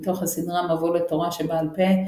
מתוך הסדרה מבוא לתורה שבעל פה,